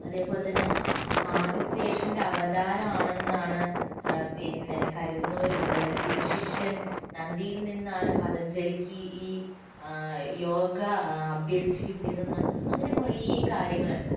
അതേപോലെത്തന്നെ ആദിശേഷൻ്റെ അവതാരമാണെന്നാണ് ആ പിന്നെ കരുതുന്നവര് ഉണ്ട് ശിവശിഷ്യൻ നന്ദിയിൽ നിന്നാണ് പതഞ്ജലിക്ക് ഈ ആ യോഗ അഭ്യസിച്ച് കിട്ടിയതെന്ന് അങ്ങനെ കുറെ കാര്യങ്ങളുണ്ട്